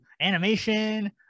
animation